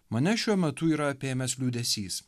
mane šiuo metu yra apėmęs liūdesys